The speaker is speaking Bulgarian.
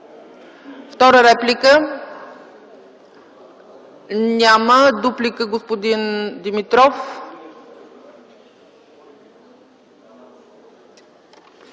Втора реплика? Няма. Дуплика – Господин Димитров.